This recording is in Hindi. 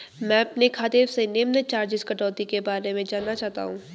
मैं अपने खाते से निम्न चार्जिज़ कटौती के बारे में जानना चाहता हूँ?